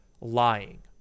lying